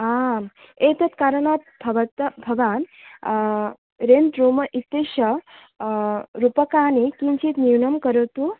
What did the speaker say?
आम् एतत् कारणात् भवत् भवान् रेण्ट् रुम् इत्यस्य रूप्यकाणि किञ्चित् न्यूनं करोतु